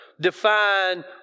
define